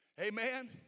Amen